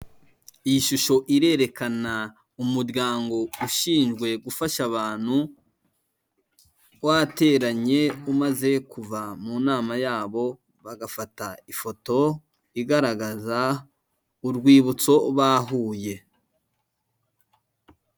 Iyi shusho irerekana umuryango ushinzwe gufasha abantu, wateranye umaze kuva mu nama yabo bagafata ifoto igaragaza urwibutso bahuye.